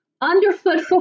underfoot